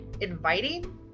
inviting